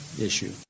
issue